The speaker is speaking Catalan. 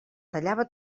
tallava